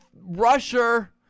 rusher